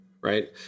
right